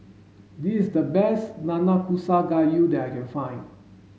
this is the best Nanakusa Gayu that I can find